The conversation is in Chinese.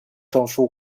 证书